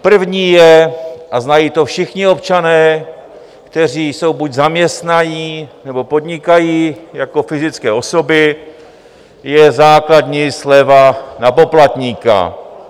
První je a znají to všichni občané, kteří jsou buď zaměstnaní, nebo podnikají jako fyzické osoby základní sleva na poplatníka.